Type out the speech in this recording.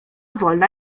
wolna